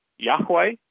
Yahweh